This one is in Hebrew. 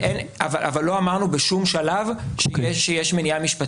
אבל לא אמרנו בשום שלב שיש מניעה משפטית.